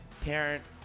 parent